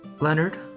Leonard